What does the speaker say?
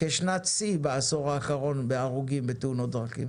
כשנת שיא בעשור האחרון בהרוגים בתאונות דרכים.